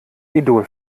idol